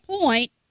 point